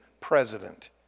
president